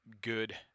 good